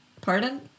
Pardon